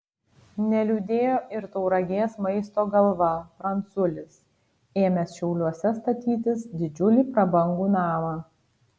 neliūdėjo ir tauragės maisto galva pranculis ėmęs šiauliuose statytis didžiulį prabangų namą